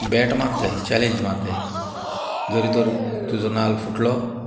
bat मारताय challenge मारताय जोरी तोर तुजो नाल्ल फुटलो